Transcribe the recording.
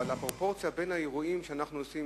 אבל הפרופורציה בין האירועים שאנחנו עושים,